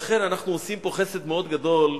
לכן אנחנו עושים פה חסד מאוד גדול,